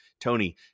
Tony